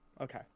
okay